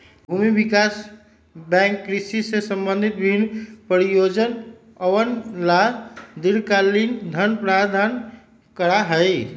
भूमि विकास बैंक कृषि से संबंधित विभिन्न परियोजनअवन ला दीर्घकालिक धन प्रदान करा हई